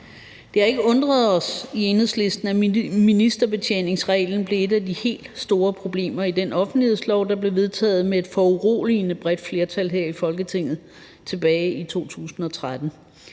Det har ikke undret os i Enhedslisten, at ministerbetjeningsreglen blev et af de helt store problemer i den offentlighedslov, der blev vedtaget med et foruroligende bredt flertal her i Folketinget tilbage i 2013.